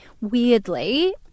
Weirdly